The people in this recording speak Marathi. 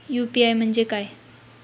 यू.पी.आय म्हणजे काय?